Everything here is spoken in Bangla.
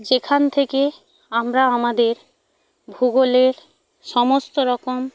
যেখান থেকে আমরা আমাদের ভূগোলের সমস্ত রকম